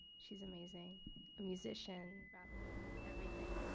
she's amazing. a musician, rapper everything.